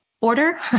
order